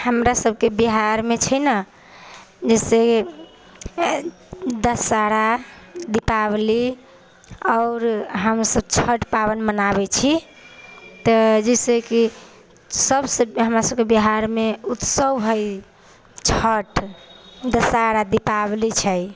हमरासभके बिहारमे छै ने जैसे दशहरा दीपावली आओर हमसभ छठि पाबनि मनाबैत छी तऽ जैसेकि सभसँ हमरासभके बिहारमे उत्सव हइ छठि दशहरा दीपावली छै